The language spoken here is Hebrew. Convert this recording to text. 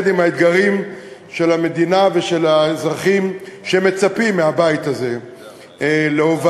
עם האתגרים של המדינה ושל האזרחים שמצפים מהבית הזה להובלה,